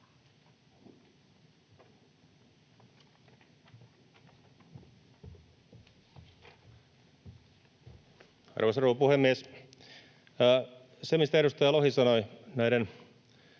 Arvoisa rouva puhemies! Siitä, mitä edustaja Lohi sanoi näiden